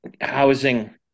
housing